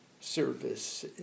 service